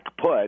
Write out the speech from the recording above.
put